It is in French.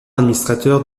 administrateur